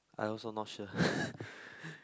I also not sure